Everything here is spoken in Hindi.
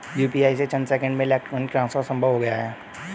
यूपीआई से चंद सेकंड्स में इलेक्ट्रॉनिक ट्रांसफर संभव हो गया है